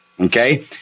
Okay